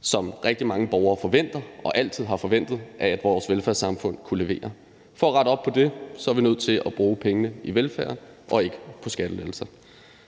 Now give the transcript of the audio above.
som rigtig mange borgere forventer og altid har forventet at vores velfærdssamfund kan levere. For at rette op på det er vi nødt til at bruge pengene på velfærd og ikke på skattelettelser.